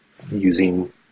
Using